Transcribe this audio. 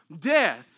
death